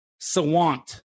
Sawant